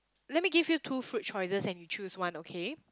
let me give you two fruit choices and you choose one okay